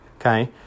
Okay